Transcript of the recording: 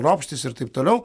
ropštis ir taip toliau